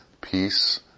Peace